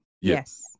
Yes